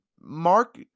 Mark